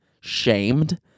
shamed